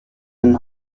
den